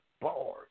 bars